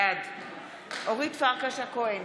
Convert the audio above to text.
בעד אורית פרקש הכהן,